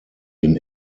den